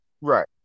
Right